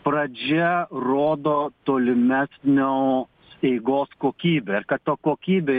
pradžio rodo tolimesnio eigos kokybę ta kokybė